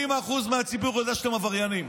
80% מהציבור יודע שאתם עבריינים,